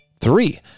three